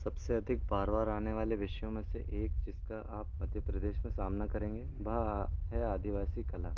सब से अधिक बार बार आने वाले विश्व में से एक जिसका आप मध्य प्रदेश में सामना करेंगे वह है आदिवासी कला